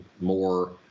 more